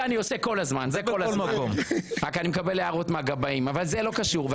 את זה אני עושה כול הזמן רק אני מקווה להערות מהגבאים אבל זה לא קשור.